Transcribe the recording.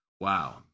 wow